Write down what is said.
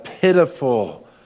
pitiful